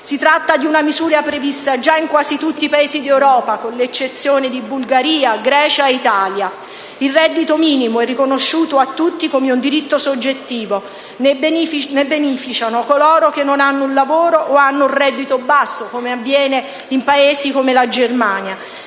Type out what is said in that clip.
Si tratta di una misura prevista già in quasi tutti i Paesi d'Europa, con l'eccezione di Bulgaria, Grecia e Italia. Il reddito minimo è riconosciuto a tutti come un diritto soggettivo; ne beneficiano coloro che non hanno un lavoro o hanno un reddito basso, come avviene in Paesi come la Germania.